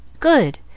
Good